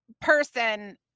person